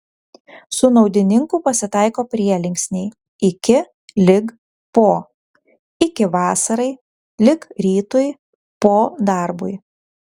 su naudininku pasitaiko prielinksniai iki lig po iki vasarai lig rytui po darbui